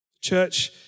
Church